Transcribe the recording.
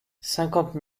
cinquante